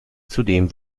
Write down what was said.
zudem